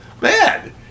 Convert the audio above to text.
Man